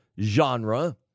genre